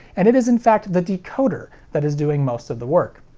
and it is in fact the decoder that is doing most of the work.